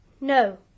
No